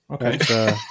Okay